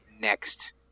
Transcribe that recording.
next